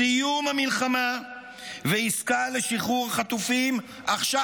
סיום המלחמה ועסקה לשחרור החטופים עכשיו.